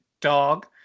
dog